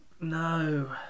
No